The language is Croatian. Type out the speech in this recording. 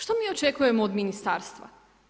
Što mi očekujemo od ministarstva?